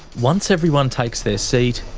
once everyone takes their seat,